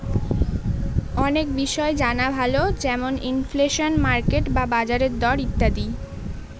অনেক বিষয় জানা ভালো যেমন ইনফ্লেশন, মার্কেট বা বাজারের দর ইত্যাদি